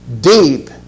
deep